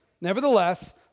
Nevertheless